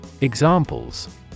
Examples